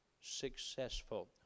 successful